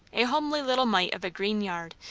a homely little mite of a green yard,